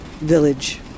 village